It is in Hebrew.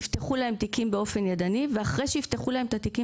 יפתחו להם תיקים באופן ידני ואחרי שיפתחו להם את התיקים